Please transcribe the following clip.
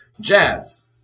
Jazz